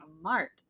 smart